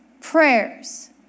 prayers